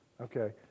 Okay